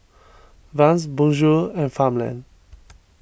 Vans Bonjour and Farmland